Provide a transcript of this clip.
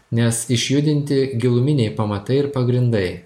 nes išjudinti giluminiai pamatai ir pagrindai